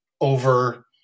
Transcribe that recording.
over